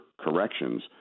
corrections